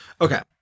Okay